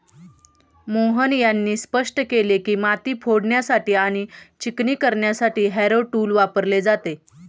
मोहन यांनी स्पष्ट केले की, माती फोडण्यासाठी आणि चिकणी करण्यासाठी हॅरो टूल वापरले जाते